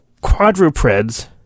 quadrupeds